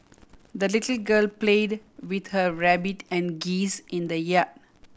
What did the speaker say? the little girl played with her rabbit and geese in the yard